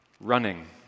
running